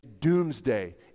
doomsday